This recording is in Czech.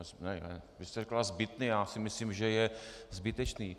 Vy jste řekla zbytný, já si myslím, že je zbytečný.